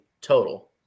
total